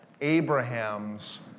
Abraham's